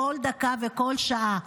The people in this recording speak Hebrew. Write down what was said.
כל דקה וכל שעה,